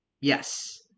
Yes